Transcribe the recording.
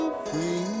free